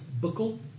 buckle